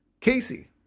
Casey